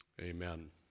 amen